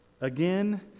Again